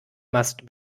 must